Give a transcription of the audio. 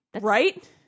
right